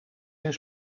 zijn